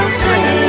sing